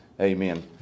Amen